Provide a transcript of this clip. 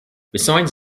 besides